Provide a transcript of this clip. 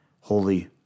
Holy